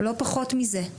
לא פחות מזה.